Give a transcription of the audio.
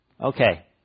Okay